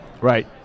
Right